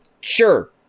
Sure